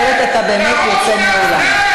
אחרת אתה באמת יוצא מהאולם.